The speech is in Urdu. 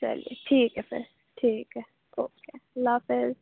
چلیے ٹھیک ہے پھر ٹھیک ہے اوکے اللہ حافظ